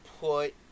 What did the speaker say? put